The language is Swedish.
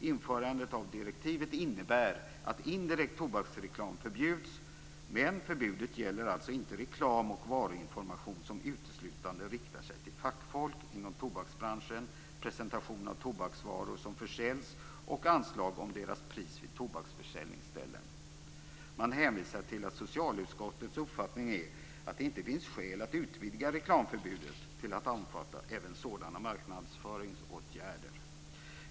Införandet av direktivet innebär att indirekt tobaksreklam förbjuds, men förbudet gäller inte reklam och varuinformation som uteslutande riktar sig till fackfolk inom tobaksbranschen, presentation av tobaksvaror som försäljs och anslag om deras pris vid tobaksförsäljningsställen. Man hänvisar till att socialutskottets uppfattning är att det inte finns skäl att utvidga reklamförbudet till att omfatta även sådana marknadsföringsåtgärder.